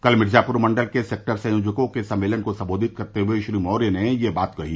कल मिर्जापुर मण्डल के सेक्टर संयोजकों के सम्मेलन को सम्बोधित करते हुए श्री मौर्य ने यह बात कही